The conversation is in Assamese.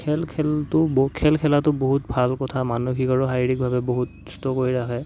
খেল খেলতো খেল খেলাটো বহুত ভাল কথা মানসিক আৰু শাৰীৰিকভাৱে বহুত সুস্থ কৰি ৰাখে